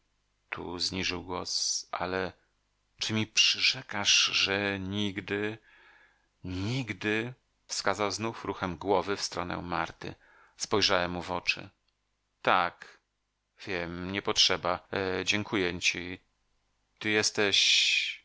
tu zniżył głos ale czy mi przyrzekasz że nigdy nigdy wskazał znów ruchem głowy w stronę marty spojrzałem mu w oczy tak wiem niepotrzeba dziękuję ci ty jesteś